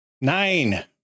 Nine